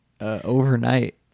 overnight